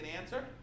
answer